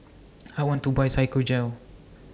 I want to Buy Physiogel